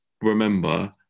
remember